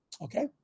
Okay